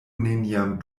neniam